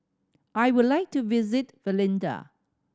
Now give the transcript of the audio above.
I would like to visit Valletta